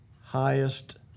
highest